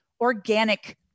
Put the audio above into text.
organic